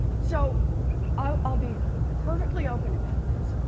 so i'll be perfectly open about this,